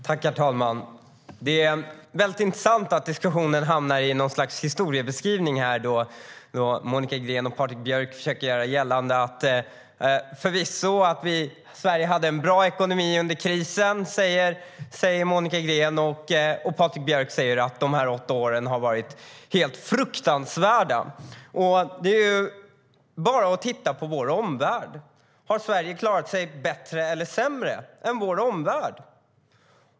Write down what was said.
Herr talman! Det är intressant att diskussionen hamnar i ett slags historiebeskrivning genom Monica Green och Patrik Björck. Monica Green säger att Sverige förvisso hade en bra ekonomi under krisen. Patrik Björck säger att dessa åtta år har varit helt fruktansvärda. Det är bara att titta på vår omvärld. Har Sverige klarat sig bättre eller sämre än vår omvärld?